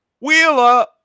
Wheeler